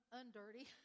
undirty